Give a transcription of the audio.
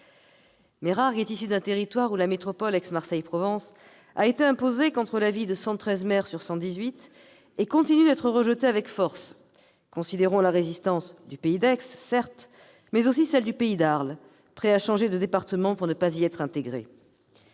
territoire où la création de la métropole Aix-Marseille Provence a été imposée contre l'avis de 113 maires sur 118 et continue d'être rejetée avec force. Considérons la résistance du Pays d'Aix, mais aussi celle du Pays d'Arles, prêt à changer de département pour ne pas être intégré